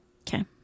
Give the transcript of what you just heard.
Okay